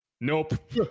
Nope